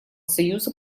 союза